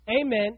Amen